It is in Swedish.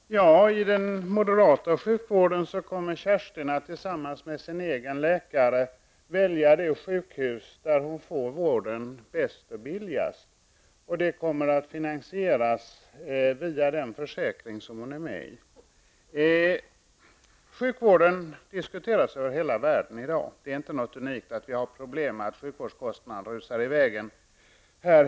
Herr talman! I den moderata sjukvården kommer Kerstin att tillsammans med sin egen läkare välja det sjukhus där hon får vården bäst och billigast. Vården kommer att finansieras via den försäkring som hon är ansluten till. Sjukvården diskuteras i dag över hela världen. Det är inte unikt för oss i Sverige att sjukvårdskostnaderna rusar i väg.